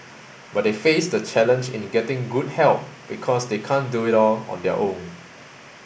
but they face the challenge in getting good help because they can't do it all on their own